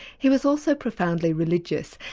he was also profoundly religious,